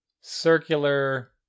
circular